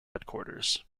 headquarters